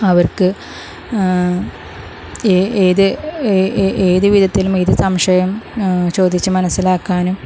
അവർക്ക് ഏ ഏത് ഏത് വിധത്തിലും ഇത് സംശയം ചോദിച്ചു മനസ്സിലാക്കാനും